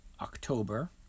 October